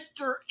Mr